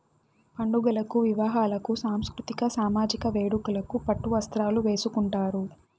పండుగలకు వివాహాలకు సాంస్కృతిక సామజిక వేడుకలకు పట్టు వస్త్రాలు వేసుకుంటారు